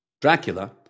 Dracula